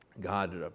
God